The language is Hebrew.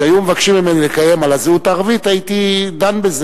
אם היו מבקשים ממני לקיים דיון על הזהות הערבית הייתי דן בזה,